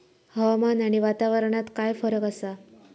हवामान आणि वातावरणात काय फरक असा?